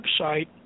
website